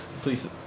Please